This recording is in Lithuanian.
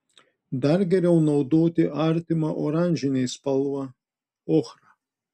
dar geriau naudoti artimą oranžinei spalvą ochrą